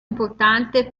importante